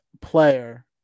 player